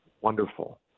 wonderful